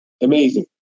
Amazing